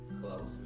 Close